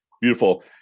Beautiful